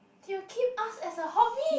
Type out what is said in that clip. they will keep us as a hobby